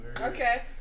Okay